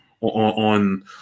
on